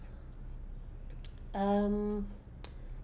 um